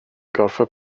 gorfod